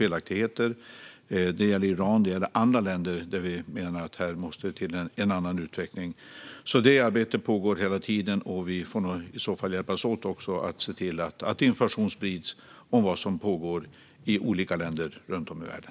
Det gäller Iran och det gäller andra länder där vi menar att det måste till en annan utveckling. Detta arbete pågår hela tiden. Vi får hjälpas åt att sprida information om vad som pågår i olika länder runt om i världen.